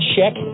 Check